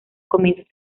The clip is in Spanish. comienzos